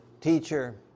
teacher